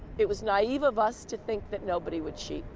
it was naive of us to think that nobody would cheat.